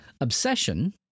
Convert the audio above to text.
Obsession